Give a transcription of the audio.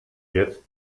jetzt